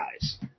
guys